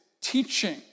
teaching